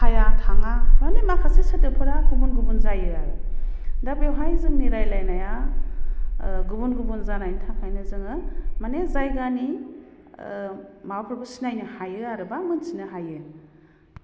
फाया थाङा माने माखासे सोदोबफोरा गुबुन गुबुन जायो आरो दा बेवहाय जोंनि रायलाइनाया गुबुन गुबुन जानायनि थाखायनो जोङो माने जायगानि माबाफोरखौ सिनायनो हायो आरो बा मोनथिनो हायो